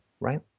Right